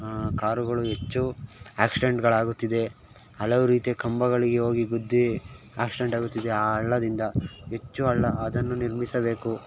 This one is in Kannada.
ಕಾರುಗಳು ಹೆಚ್ಚು ಆಕ್ಸಿಡೆಂಟ್ಗಳಾಗುತ್ತಿದೆ ಹಲವು ರೀತಿಯ ಕಂಬಗಳಿಗೆ ಹೋಗಿ ಗುದ್ದಿ ಆಕ್ಸಿಡೆಂಟ್ ಆಗುತ್ತಿದೆ ಆ ಹಳ್ಳದಿಂದ ಹೆಚ್ಚು ಹಳ್ಳ ಅದನ್ನು ನಿರ್ಮಿಸಬೇಕು